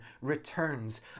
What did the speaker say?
returns